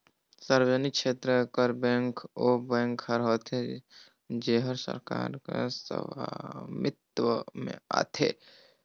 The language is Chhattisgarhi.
सार्वजनिक छेत्र कर बेंक ओ बेंक हर होथे जेहर सरकार कर सवामित्व में आथे